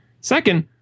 Second